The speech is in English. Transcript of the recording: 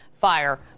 Fire